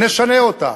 נשנה אותה,